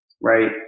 right